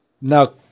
Now